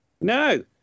No